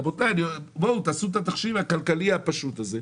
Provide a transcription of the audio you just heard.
רבותיי, תעשו את התחשיב הכלכלי הפשוט הזה.